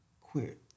quit